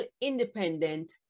independent